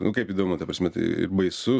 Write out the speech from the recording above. nu kaip įdomu ta prasme tai baisu